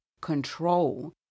control